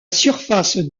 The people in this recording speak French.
surface